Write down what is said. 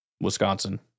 Wisconsin